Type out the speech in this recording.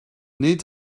nid